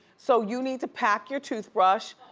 so you need to pack your toothbrush,